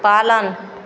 पालन